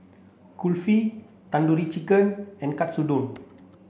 Kulfi Tandoori Chicken and Katsudon